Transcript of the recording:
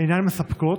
אינן מספקות,